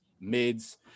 mids